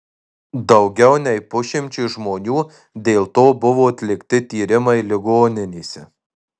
daugiau nei pusšimčiui žmonių dėl to buvo atlikti tyrimai ligoninėse